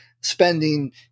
spending